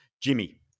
Jimmy